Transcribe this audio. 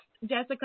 Jessica